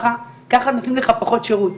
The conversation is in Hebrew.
ככה נותנים לך פחות שירות.